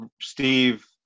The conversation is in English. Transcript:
Steve